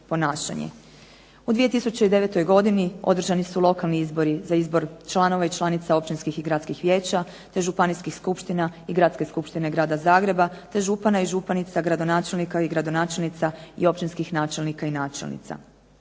U 2009. godini održani su lokalni izbori za izbor članova i članica općinskih i gradskih vijeća, te županijskih skupština i gradske skupštine grada Zagreba, te župana i županica, gradonačelnika i gradonačelnica i općinskih načelnika i načelnica.